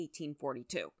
1842